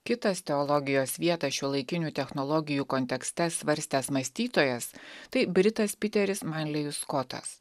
kitas teologijos vietą šiuolaikinių technologijų kontekste svarstęs mąstytojas tai britas piteris marlėjus skotas